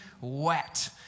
wet